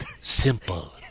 simple